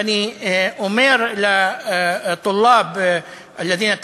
ואני אומר: (אומר דברים בשפה הערבית,